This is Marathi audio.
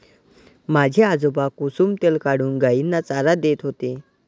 माझे आजोबा कुसुम तेल काढून गायींना चारा देत होते